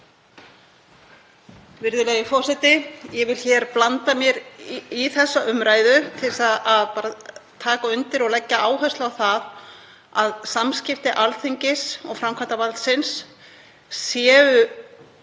Virðulegi forseti. Ég vil blanda mér í þessa umræðu til að taka undir og leggja áherslu á að samskipti Alþingis og framkvæmdarvaldsins